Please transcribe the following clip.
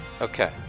Okay